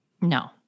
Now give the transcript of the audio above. No